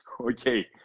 Okay